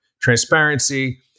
transparency